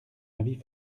avis